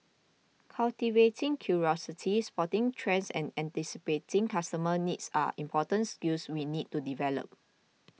cultivating curiosity spotting trends and anticipating customer needs are important skills we need to develop